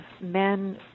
men